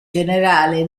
generale